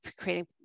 creating